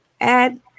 add